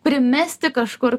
primesti kažkur